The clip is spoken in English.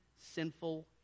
sinful